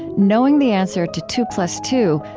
knowing the answer to two plus two,